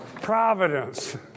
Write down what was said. Providence